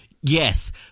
Yes